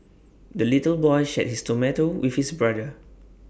the little boy shared his tomato with his brother